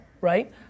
right